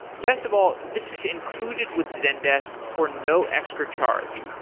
best of all, this is included with zendesk for no extra charge.